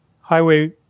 Highway